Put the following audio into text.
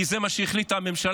כי זה מה שהחליטה הממשלה,